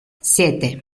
siete